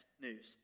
news